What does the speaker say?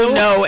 no